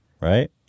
Right